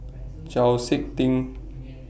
Chau Sik Ting